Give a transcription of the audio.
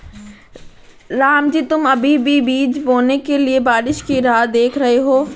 रामजी तुम अभी भी बीज बोने के लिए बारिश की राह देख रहे हो?